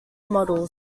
models